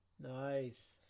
Nice